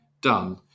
done